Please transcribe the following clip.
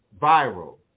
viral